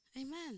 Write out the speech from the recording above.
Amen